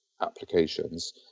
applications